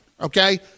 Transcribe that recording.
okay